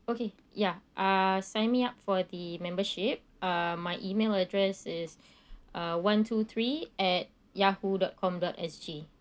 okay ya uh sign me up for the membership uh my email address is uh one two three at yahoo dot com dot S G